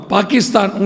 Pakistan